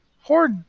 Horde